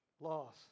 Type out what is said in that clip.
loss